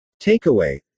Takeaway